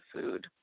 food